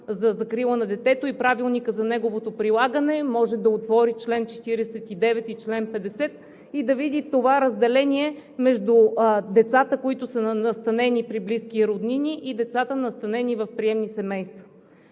закрила на детето и Правилника за неговото прилагане, да отвори чл. 49 и чл. 50 и да види това разделение между децата, които са настанени при близки и роднини, и децата, настанени в приемни семейства.